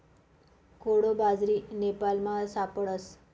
कोडो बाजरी नेपालमा सापडस